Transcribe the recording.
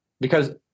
Because-